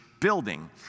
building